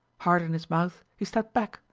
heart in his mouth, he stepped back,